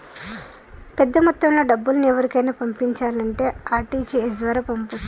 పెద్దమొత్తంలో డబ్బుల్ని ఎవరికైనా పంపించాలంటే ఆర్.టి.జి.ఎస్ ద్వారా పంపొచ్చు